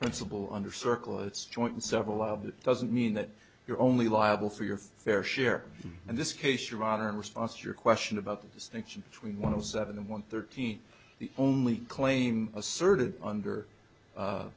principle under circlets joint and several of that doesn't mean that you're only liable for your fair share in this case your honor in response to your question about the distinction between one of seven and one thirteen the only claim asserted under